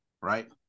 right